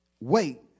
Wait